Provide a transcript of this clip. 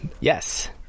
yes